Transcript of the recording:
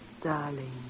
Darling